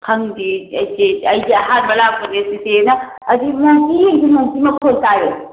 ꯈꯪꯗꯤꯌꯦ ꯑꯩꯖꯦ ꯑꯩꯖꯦ ꯑꯍꯥꯟꯕ ꯂꯥꯛꯄꯅꯦ ꯆꯤꯆꯦꯅ ꯃꯈꯣꯟ ꯇꯥꯏꯌꯦ